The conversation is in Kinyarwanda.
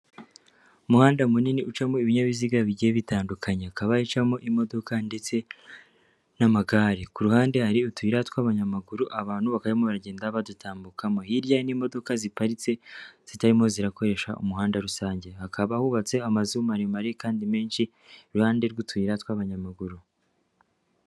Umuhanda munini ucamo ibinyabiziga bigiye bitandukanye, akaba hacamo imodoka ndetse n'amagare, ku ruhande hari utuyira tw'abanyamaguru, abantu bakaba barimo baragenda badutambukamo, hirya hari n'imodoka ziparitse zitarimo zirakoresha umuhanda rusange, hakaba hubatse amazu maremare kandi menshi iruhande rw'utuyira tw'abanyamaguru.